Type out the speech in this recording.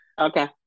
okay